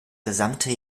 gesamte